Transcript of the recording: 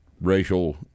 racial